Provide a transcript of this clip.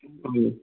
ٹھیٖک